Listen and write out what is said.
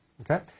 Okay